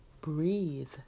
Breathe